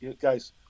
guys